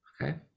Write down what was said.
Okay